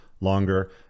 longer